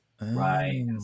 right